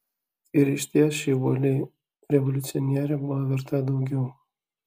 ir išties ši uoli revoliucionierė buvo verta daugiau